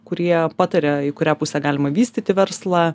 kurie pataria į kurią pusę galima vystyti verslą